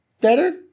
better